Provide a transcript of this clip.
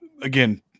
Again